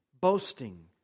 boasting